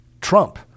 Trump